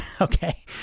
okay